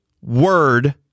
word